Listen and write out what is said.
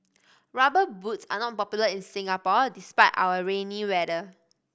Rubber Boots are not popular in Singapore despite our rainy weather